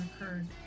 occurred